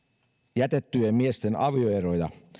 jätettyjen miesten avioeroja